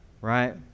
right